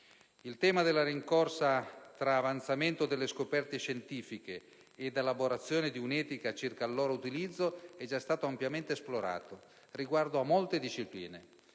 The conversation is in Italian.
Il tema della rincorsa tra avanzamento delle scoperte scientifiche ed elaborazione di un'etica circa il loro utilizzo è già stato ampiamente esplorato riguardo a molte discipline,